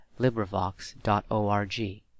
LibriVox.org